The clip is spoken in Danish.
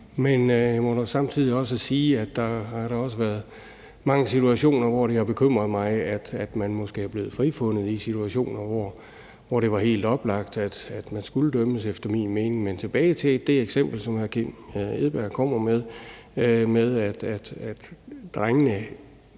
Men jeg må nu samtidig også sige, at der da også har været mange situationer, hvor det har bekymret mig, at man måske er blevet frifundet, og hvor det efter min mening var helt oplagt, at man skulle dømmes. Men jeg vil vende tilbage til det eksempel, som hr. Kim Edberg Andersen kommer med, altså at en